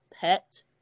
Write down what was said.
pet